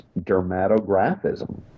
dermatographism